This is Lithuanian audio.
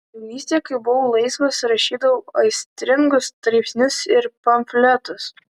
jaunystėje kai buvau laisvas rašydavau aistringus straipsnius ir pamfletus